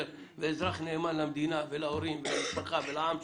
ואזרח נאמן למדינה ולהורים ולמשפחה ולעם שלך,